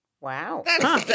Wow